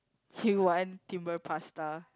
you want Timbre pasta